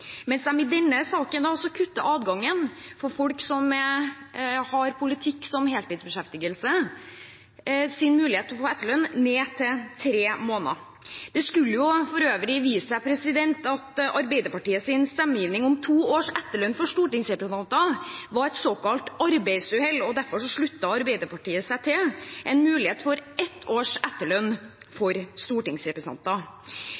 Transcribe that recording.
mens de i denne saken kutter adgangen til å få etterlønn for folk som har politikk som heltidsbeskjeftigelse, ned til tre måneder. Det skulle for øvrig vise seg at Arbeiderpartiets stemmegivning om to års etterlønn for stortingsrepresentanter var et såkalt arbeidsuhell, derfor sluttet Arbeiderpartiet seg til en mulighet for ett års etterlønn